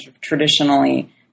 traditionally